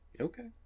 Okay